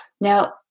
now